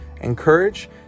encourage